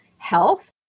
Health